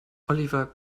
oliver